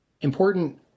important